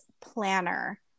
planner